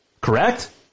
correct